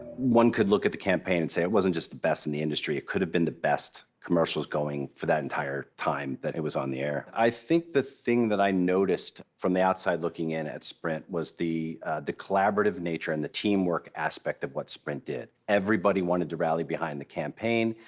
one could look at the campaign and say it wasn't just the best in the industry, it could have been the best commercials going for that entire time that it was on the air. i think the thing that i noticed from the outside looking in at sprint was the the collaborative nature and the teamwork aspect of what sprint did. everybody wanted to rally behind the campaign,